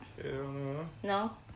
No